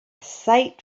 sight